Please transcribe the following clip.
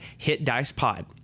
HitDicePod